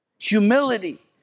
Humility